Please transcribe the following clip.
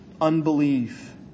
unbelief